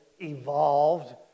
evolved